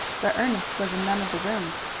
but ernest was in none of the rooms.